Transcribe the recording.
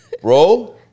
Bro